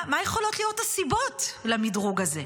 מה יכולות להיות הסיבות למדרוג הזה.